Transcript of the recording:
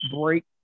break